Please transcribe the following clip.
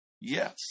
yes